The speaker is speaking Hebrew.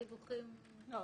כל הדברים האלה מוסדרים בחוק, הם